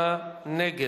39 נגד,